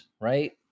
right